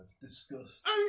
Disgust